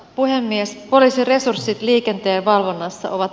puhemies olisi resurssit liikenteenvalvonnassa ovat